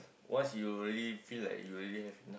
once you already feel like you already have enough